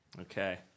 Okay